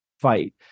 fight